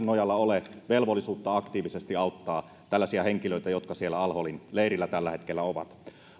nojalla ole velvollisuutta aktiivisesti auttaa tällaisia henkilöitä jotka siellä al holin leirillä tällä hetkellä ovat